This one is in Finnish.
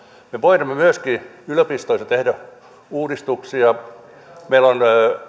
me voinemme myöskin yliopistoissa tehdä uudistuksia meillä on